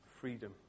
Freedom